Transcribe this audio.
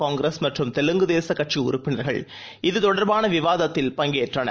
காங்கிரஸ்மற்றும்தெலுங்குதேசம்கட்சிஉறுப்பினர்கள் இதுதொடர்பானவிவாதத்தில்பங்கேற்றனர்